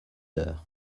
heures